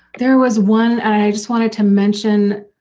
there was one and i just wanted to mention